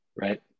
Right